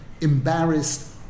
embarrassed